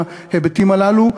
בהיבטים הללו,